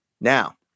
Now